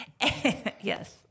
Yes